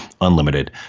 unlimited